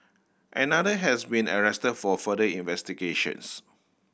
another has been arrested for further investigations